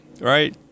Right